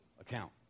account